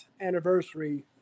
anniversary